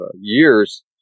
years